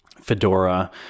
fedora